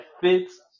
fits